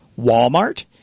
Walmart